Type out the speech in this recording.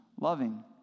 loving